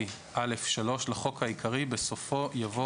29א(א)(3) לחוק העיקרי, בסופו יבוא